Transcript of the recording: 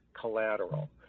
collateral